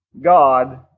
God